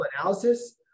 analysis